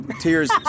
tears